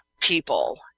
people